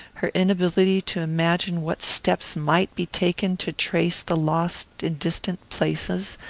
her inability to imagine what steps might be taken to trace the lost in distant places,